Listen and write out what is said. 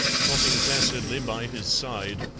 trotting placidly by his side,